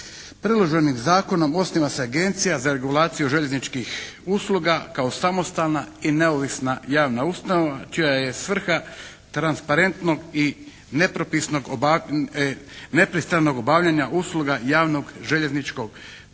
Predloženim zakonom osniva se Agencija za regulaciju željezničkih usluga kao samostalna i neovisna javna ustanova čija je svrha transparentnog i nepristranog obavljanja usluga javnog željezničkog prijevoza,